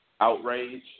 outrage